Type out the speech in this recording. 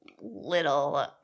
little